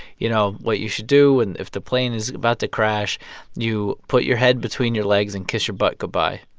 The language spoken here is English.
you know, what you should do and if the plane is about to crash you put your head between your legs and kiss your butt goodbye